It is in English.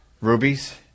rubies